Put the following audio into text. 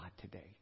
today